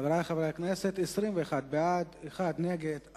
חברי חברי הכנסת, 21 בעד, אחד נגד.